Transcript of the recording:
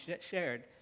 shared